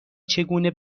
چگونه